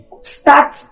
start